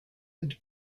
and